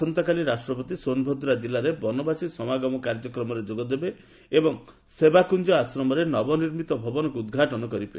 ଆସନ୍ତାକାଲି ରାଷ୍ଟ୍ରପତି ସୋନଭଦ୍ରା ଜିଲ୍ଲାରେ ବନବାସୀ ସମାଗମ କାର୍ଯ୍ୟକ୍ରମରେ ଯୋଗଦେବେ ଏବଂ ସେବାକୁଞ୍ଜ ଆଶ୍ରମରେ ନବନିର୍ମିତ ଭବନକୁ ଉଦ୍ଘାଟନ କରିବେ